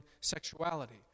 sexuality